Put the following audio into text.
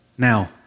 Now